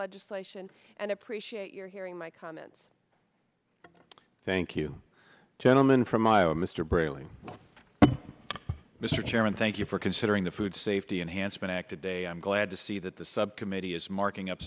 legislation and appreciate your hearing my comments thank you gentleman from iowa mr britling mr chairman thank you for considering the food safety enhancement acted am glad to see that the subcommittee is marking up